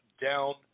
down